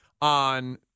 on